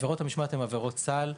עבירות המשמעת הן "עבירות סל".